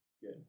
good